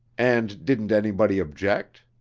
and didn't anybody object?